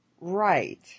Right